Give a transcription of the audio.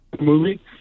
movie